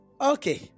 Okay